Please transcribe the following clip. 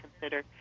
consider